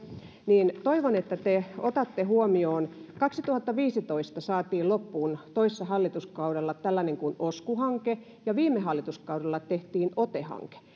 niin toivon että otatte tämän huomioon kaksituhattaviisitoista saatiin loppuun toissa hallituskaudella tällainen kuin osku hanke ja viime hallituskaudella tehtiin ote hanke